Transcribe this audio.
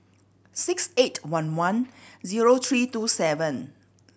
six eight one one zero three two seven